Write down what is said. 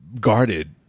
Guarded